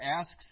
asks